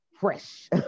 fresh